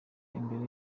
imbere